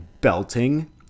belting